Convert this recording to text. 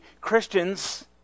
Christians